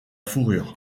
fourrure